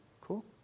Cool